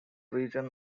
region